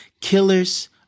Killers